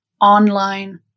online